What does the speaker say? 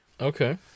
Okay